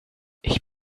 ich